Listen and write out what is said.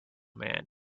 man